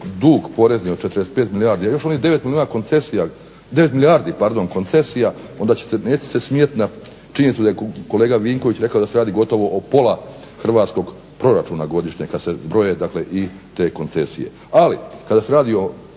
dug porezni od 45 milijardi, a još onih 9 milijardi koncesija onda neće se smijat na činjenicu da je kolega Vinković rekao da se radi gotovo o pola hrvatskog proračuna godišnje kad se zbroje dakle i te koncesije. Ali kada se radi o